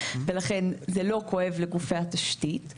לכן זה לא כואב לגופי התשתית,